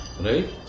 Right